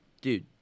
dude